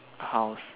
house